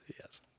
yes